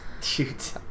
Shoot